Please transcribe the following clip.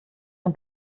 und